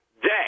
day